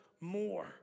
more